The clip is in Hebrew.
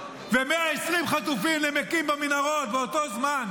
ו-120 חטופים נמקים במנהרות באותו זמן.